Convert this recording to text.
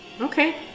Okay